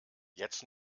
jetzt